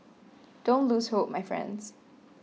don't lose hope my friends